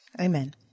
Amen